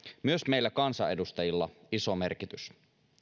myös meillä kansanedustajilla iso merkitys